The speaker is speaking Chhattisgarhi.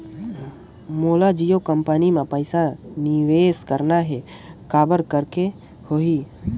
मोला जियो कंपनी मां पइसा निवेश करना हे, काबर करेके होही?